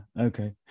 okay